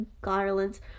garlands